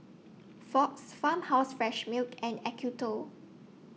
Fox Farmhouse Fresh Milk and Acuto